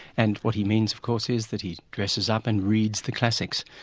and what he means of course is that he dresses up and reads the classics.